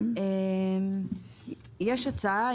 יש הצעה,